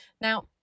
Now